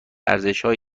ارزشهای